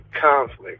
conflict